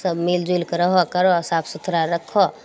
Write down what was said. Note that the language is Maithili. सब मिलजुलिके रहो करो साफ सुथड़ा रक्खो